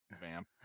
vamp